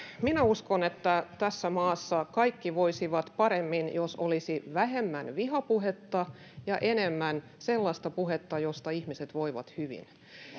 minä uskon että tässä maassa kaikki voisivat paremmin jos olisi vähemmän vihapuhetta ja enemmän sellaista puhetta josta ihmiset voivat hyvin